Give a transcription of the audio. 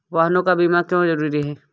वाहनों का बीमा क्यो जरूरी है?